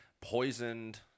poisoned